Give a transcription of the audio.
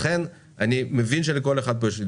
אני מבין שלכל אחד כאן יש אידיאולוגיה,